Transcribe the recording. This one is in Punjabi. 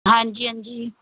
ਹਾਂਜੀ ਹਾਂਜੀ